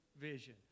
vision